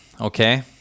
Okay